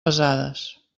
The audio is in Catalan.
pesades